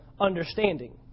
understanding